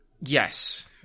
Yes